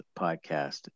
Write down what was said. podcast